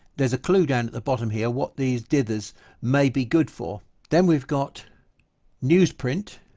there's a clue down at the bottom here what these dithers may be good for. then we've got newsprint